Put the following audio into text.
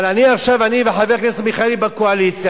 אבל אני אומר לך: אני וחבר הכנסת מיכאלי עכשיו בקואליציה,